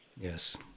Yes